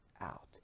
out